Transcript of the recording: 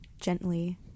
gently